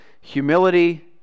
humility